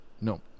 No